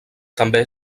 també